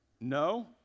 No